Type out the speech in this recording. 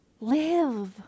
live